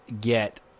get